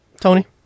Tony